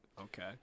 Okay